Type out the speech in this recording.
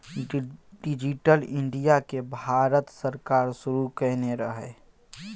digital India केँ भारत सरकार शुरू केने रहय